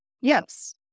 Yes